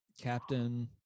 Captain